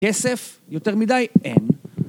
כסף, יותר מדי, אין.